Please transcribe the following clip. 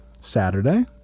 Saturday